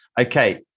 Okay